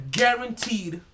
guaranteed